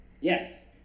Yes